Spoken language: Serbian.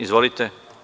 Izvolite.